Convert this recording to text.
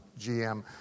GM